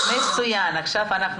חברה